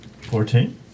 Fourteen